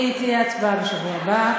תהיה הצבעה בשבוע הבא,